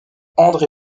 andré